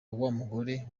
w’umugore